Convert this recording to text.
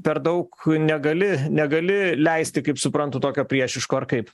per daug negali negali leisti kaip suprantu tokio priešiško ar kaip